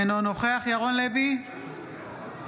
אינו נוכח ירון לוי, אינו נוכח מיקי לוי,